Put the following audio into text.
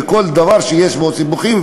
וכל דבר שיש בו סיבוכים,